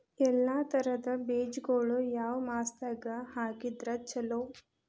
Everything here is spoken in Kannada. ಎಲ್ಲಾ ತರದ ಬೇಜಗೊಳು ಯಾವ ಮಾಸದಾಗ್ ಹಾಕಿದ್ರ ಛಲೋ?